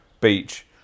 beach